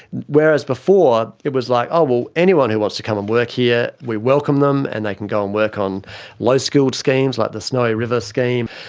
whereas before it was like, oh well, anyone who wants to come and um work here we welcome them and they can go and work on low skilled schemes like the snowy river scheme,